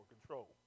control